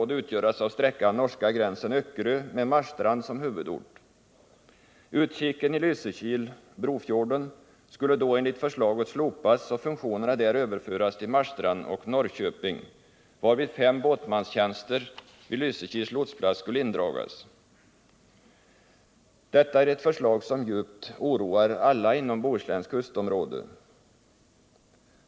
Detta är ett förslag som djupt oroar alla inom Bohusläns kustområde.